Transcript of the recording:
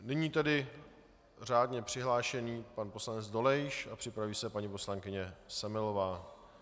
Nyní tedy řádně přihlášený pan poslanec Dolejš a připraví se paní poslankyně Semelová.